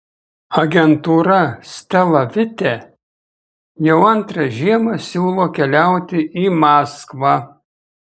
agentūra stela vite jau antrą žiemą siūlo keliauti į maskvą